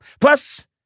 Plus